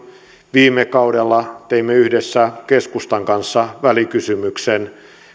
viime kaudella teimme yhdessä keskustan kanssa välikysymyksen